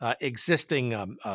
existing